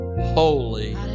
holy